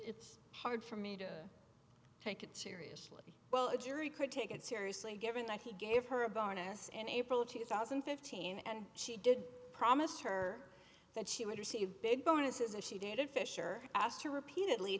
hard for me to take it seriously well a jury could take it seriously given that he gave her a bonus in april of two thousand and fifteen and she did promise her that she would receive big bonuses if she dated fischer asked her repeatedly